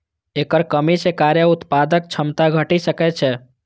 एकर कमी सं कार्य उत्पादक क्षमता घटि सकै छै